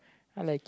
I like it